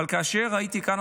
אבל כאשר ראיתי כאן,